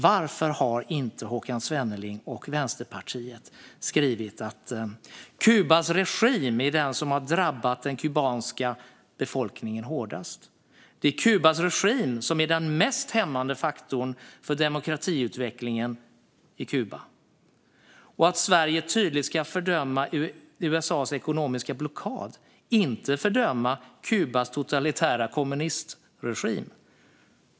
Varför har inte Håkan Svenneling och Vänsterpartiet skrivit att det är Kubas regim som har drabbat den kubanska befolkningen hårdast och att det är Kubas regim som är den mest hämmande faktorn för demokratiutvecklingen i Kuba? Vänsterpartiet menar att Sverige tydligt ska fördöma USA:s ekonomiska blockad men inte Kubas totalitära kommunistregim.